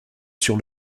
sur